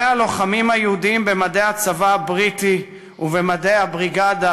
מראה הלוחמים היהודים במדי הצבא הבריטי ובמדי הבריגדה